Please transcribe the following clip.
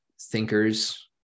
thinkers